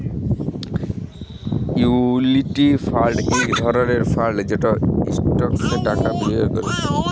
equity fund ইক ধরলের fund যেট ইস্টকসে টাকা বিলিয়গ ক্যরে